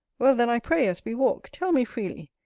well then, i pray, as we walk, tell me freely,